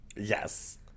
Yes